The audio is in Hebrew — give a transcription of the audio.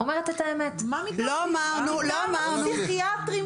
וזה הצליח, זה פרויקט שהצליח אז גם אותו הפסיקו.